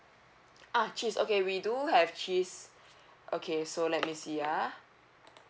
ah cheese okay we do have cheese okay so let me see ah